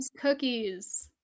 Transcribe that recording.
cookies